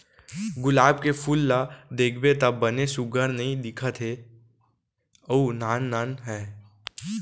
गुलाब के फूल ल देखबे त बने सुग्घर नइ दिखत हे अउ नान नान हे